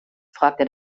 fragte